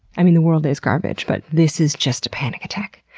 i mean the world is garbage, but this is just a panic attack.